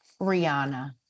Rihanna